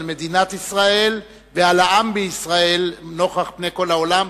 על מדינת ישראל ועל העם בישראל נוכח פני כל העולם,